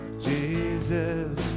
Jesus